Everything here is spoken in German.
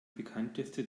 bekannteste